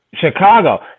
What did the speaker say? Chicago